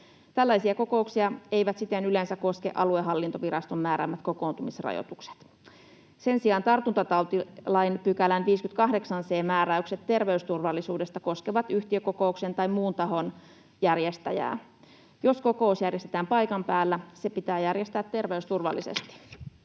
Tällaisia kokouksia eivät siten yleensä koske aluehallintoviraston määräämät kokoontumisrajoitukset. Sen sijaan tartuntatautilain 58 c §:n määräykset terveysturvallisuudesta koskevat yhtiökokouksen tai muun tahon järjestäjää. Jos kokous järjestetään paikan päällä, se pitää järjestää terveysturvallisesti.